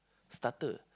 starter